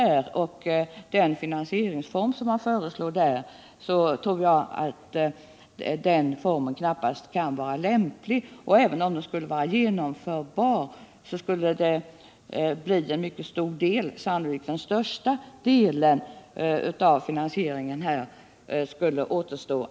Den finansieringsform som föreslås i motionen tror jag knappast är lämplig. Även om den skulle vara genomförbar, skulle en mycket stor del —- sannolikt den största — behöva finansieras skattevägen.